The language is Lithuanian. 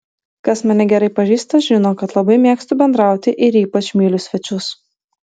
kas mane gerai pažįsta žino kad labai mėgstu bendrauti ir ypač myliu svečius